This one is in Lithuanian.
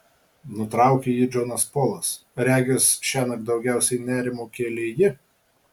nutraukė jį džonas polas regis šiąnakt daugiausiai nerimo kėlė ji